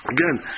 Again